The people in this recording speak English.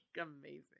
amazing